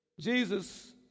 Jesus